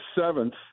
seventh